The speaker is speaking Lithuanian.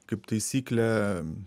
kaip taisyklė